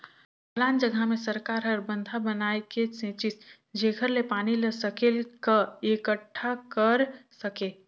ढलान जघा मे सरकार हर बंधा बनाए के सेचित जेखर ले पानी ल सकेल क एकटठा कर सके